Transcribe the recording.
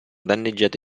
danneggiato